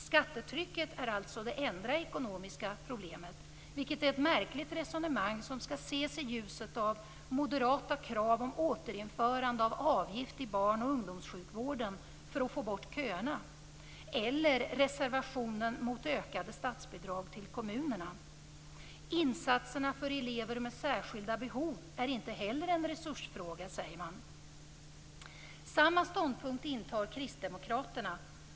Skattetrycket är alltså det enda ekonomiska problemet, vilket är ett märkligt resonemang som skall ses i ljuset av moderata krav på återinförande av avgift i barn och ungdomssjukvården för att få bort köerna eller reservationen mot ökade statsbidrag till kommunerna. Insatserna för elever med särskilda behov är inte heller en resursfråga, säger man. Samma ståndpunkt intar Kristdemokraterna.